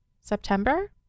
September